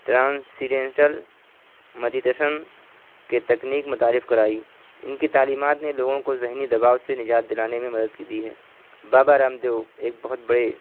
transcendental meditation کے تکنیک متعارف کرائی ان کی تعلیمات نے لوگوں کو ذہنی دباؤ سے نجات دلانے میں مدد کی دی ہے بابا رام دیو ایک بہت بڑے